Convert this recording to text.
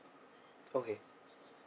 okay